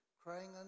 crying